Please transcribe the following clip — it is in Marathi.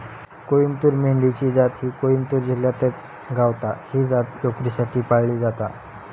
कोईमतूर मेंढी ची जात ही कोईमतूर जिल्ह्यातच गावता, ही जात लोकरीसाठी पाळली जाता